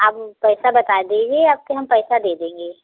आप पैसा बता दीजिए आपके हम पैसा दे देंगे